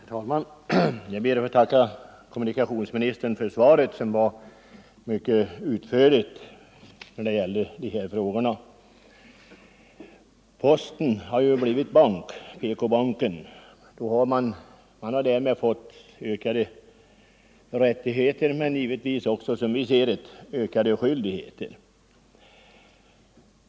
Herr talman! Jag ber att få tacka kommunikationsministern för det utförliga svaret på min fråga. Posten har ju blivit bank — PK-banken — och har därmed fått ökade rättigheter men givetvis också ökade skyldigheter.